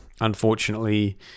Unfortunately